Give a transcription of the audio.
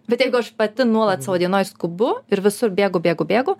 bet jeigu aš pati nuolat savo dienoj skubu ir visur bėgu bėgu bėgu